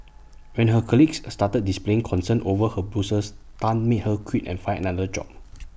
when her colleagues started displaying concern over her Bruises Tan made her quit and find another job